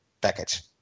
package